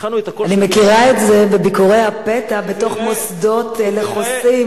אני מכירה את זה בביקורי הפתע במוסדות לחוסים,